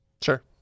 Sure